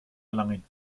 erlangen